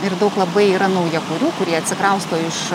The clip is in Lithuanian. ir daug labai yra naujakurių kurie atsikrausto iš